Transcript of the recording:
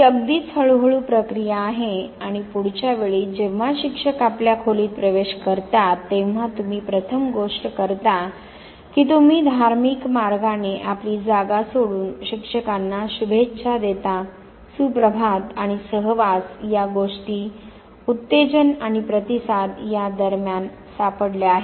ही अगदीच हळूहळू प्रक्रिया आहे आणि पुढच्या वेळी जेव्हा शिक्षक आपल्या खोलीत प्रवेश करतात तेव्हा तुम्ही प्रथम गोष्ट करता की तुम्ही धार्मिक मार्गाने आपली जागा सोडून शिक्षकांना शुभेच्छा देता सुप्रभात आणि सहवास या गोष्टी उत्तेजन आणि प्रतिसाद या दरम्यान सापडल्या आहेत